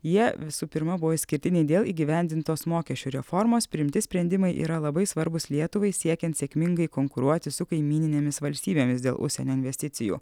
jie visų pirma buvo išskirtiniai dėl įgyvendintos mokesčių reformos priimti sprendimai yra labai svarbūs lietuvai siekiant sėkmingai konkuruoti su kaimyninėmis valstybėmis dėl užsienio investicijų